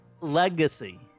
legacy